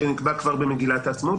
שנקבע כבר במגילת העצמאות,